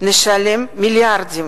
נשלם מיליארדים